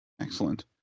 excellent